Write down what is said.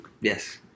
Yes